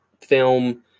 film